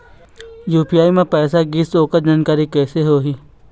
UPI म पैसा गिस ओकर जानकारी कइसे होही?